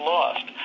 Lost